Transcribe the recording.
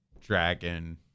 Dragon